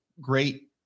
great